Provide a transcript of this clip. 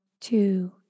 two